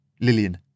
Lillian